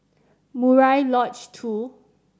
Murai Lodge Two